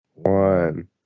One